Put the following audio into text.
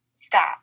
Stop